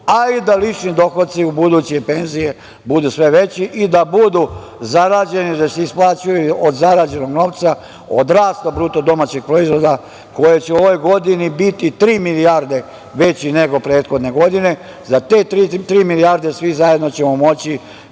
ali da lični dohodci i u buduće penzije budu sve veći i da budu zarađeni, da se isplaćuju od zarađenog novca, od rasta BDP koji će u ovoj godini biti tri milijarde veći nego prethodne godine. Za te tri milijarde svi zajedno ćemo moći